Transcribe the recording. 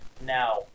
Now